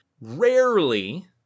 Rarely